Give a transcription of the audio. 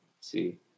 see